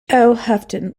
houghton